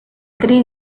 trío